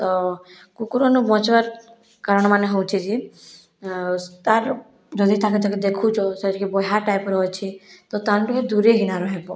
ତ କୁକୁରନୁ ବଞ୍ଚିବାର୍ କାରଣ ମାନେ ହଉଛି ଯେ ତାର୍ ଯଦି ତାଙ୍କେ ତାଙ୍କେ ଦେଖଉଛ ସେ ଟିକେ ବହିଆ ଟାଇପ୍ର ଅଛି ତ ତାରନୁଁ ଟିକେ ଦୂରେଇକିନା ରହିବ